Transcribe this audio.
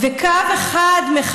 אין עדיין.